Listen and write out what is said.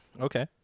Okay